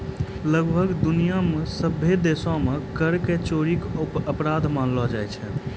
लगभग दुनिया मे सभ्भे देशो मे कर के चोरी के अपराध मानलो जाय छै